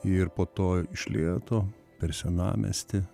ir po to iš lėto per senamiestį